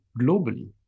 globally